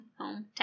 hometown